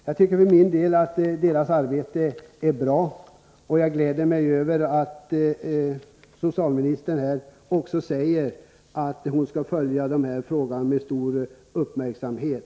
Jag tycker att socialstyrelsens arbete är bra, och jag gläder mig över att statsrådet också säger att hon skall följa denna fråga med stor uppmärksamhet.